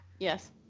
Yes